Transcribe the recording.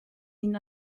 ihn